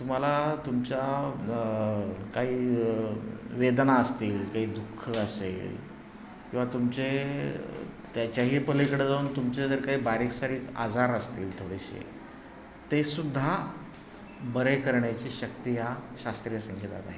तुम्हाला तुमच्या काही वेदना असतील काही दुःख असेल किंवा तुमचे त्याच्याही पलीकडे जाऊन तुमचे जर काही बारीकसारीक आजार असतील थोडेसे तेसुद्धा बरे करण्याची शक्ती ह्या शास्त्रीय संगीतात आहे